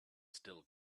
still